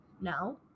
Now